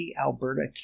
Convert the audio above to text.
Alberta